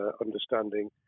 understanding